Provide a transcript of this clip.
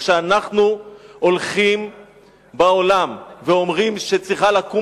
כשאנחנו הולכים בעולם ואומרים שצריכה לקום